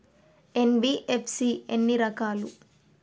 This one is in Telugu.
ఎన్.బి.ఎఫ్.సి ఎన్ని రకాలు?